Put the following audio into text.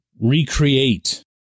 recreate